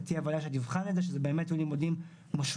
ותהיה ועדה שתבחן את זה שזה באמת יהיו לימודים משמעותיים